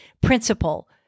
Principle